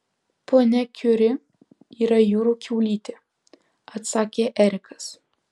ponia kiuri yra jūrų kiaulytė atsakė erikas